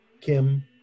Kim